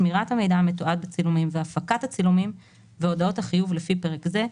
שמירת המידע המתועד בצילומים והפקת הצילומים והודעות החיוב לפי פרק זה,